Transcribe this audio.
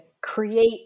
create